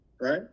right